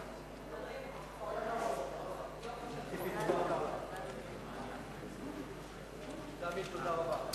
חוק למניעת הטרדה מינית (תיקון מס' 6),